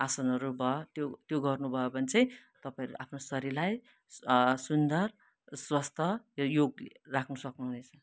आसनहरू भयो त्यो त्यो गर्नुभयो भने चाहिँ तपाईँहरू आफ्नो शरीरलाई सुन्दर स्वस्थ र योग्य राख्न सक्नुहुनेछ